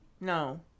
No